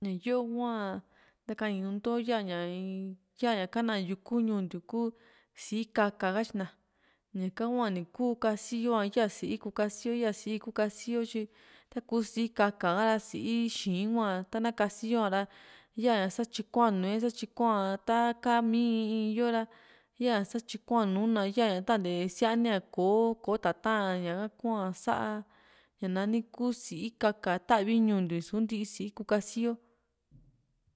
ña yu hua ntakani nùù nto yaña in yaña ka´na yuku ñuu ntiu ku sii ka´ka katyina ñaka hua ni kuu kasi yo´a ya si´i ku kasi yo ya si´i i´kuu kasi yo tyi taku si´i ka´ka ra si´i xii´n hua tana kasiyo a´ra yaña sá tyiko´a nuué sa tyiko´a ta ka´a mi in in yo ra ya satyikoá nùù na yaa ña tante síani´a kò´o kò´o tata´n a ñaka kua sá ña nani ku si´i ka´ka tavi ñuu ntiu ni suu ntii si´i ku kasiyo